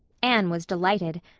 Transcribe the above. anne was delighted.